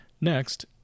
Next